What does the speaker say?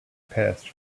passed